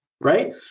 right